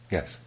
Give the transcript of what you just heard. Yes